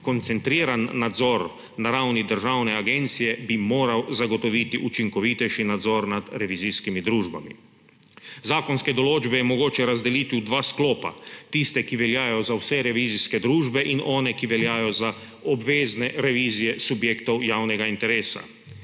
koncentriran nadzor na ravni državne agencije bi moral zagotoviti učinkovitejši nadzor nad revizijskimi družbami. Zakonske določbe je mogoče razdeliti v dva sklopa; tiste, ki veljajo za vse revizijske družbe, in one, ki veljajo za obvezne revizije subjektov javnega interesa.